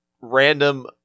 random